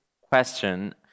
question